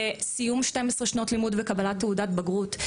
בסיום 12 שנות לימוד וקבלת תעודת בגרות,